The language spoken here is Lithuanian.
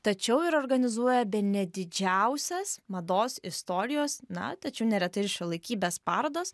tačiau ir organizuoja bene didžiausias mados istorijos na tačiau neretai ir šiuolaikybės parodas